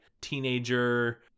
teenager